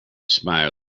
smiled